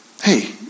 hey